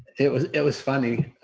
it was it was funny.